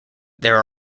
there